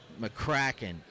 McCracken